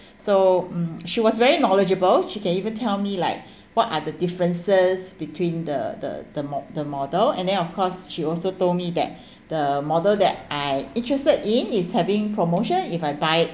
so mm she was very knowledgeable she can even tell me like what are the differences between the the the mo~ the model and then of course she also told me that the model that I interested in is having promotion if I buy